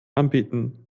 anbieten